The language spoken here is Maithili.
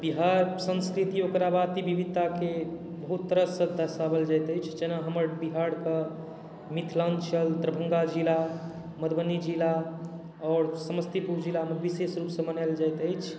बिहार संस्कृति ओकरा बाद विविधता के बहुत तरह सँ दर्शाओल जाइत अछि जेना हमर बिहारके मिथिलाञ्चल दरभंगा जिला मधुबनी जिला आओर समस्तीपुर जिला मे विशेष रूप सँ मनायल जाइत अछि